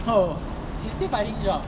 oh he's still finding job